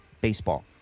Baseball